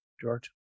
George